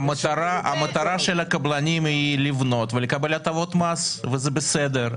המטרה של הקבלנים היא לבנות ולקבל הטבות מס וזה בסדר.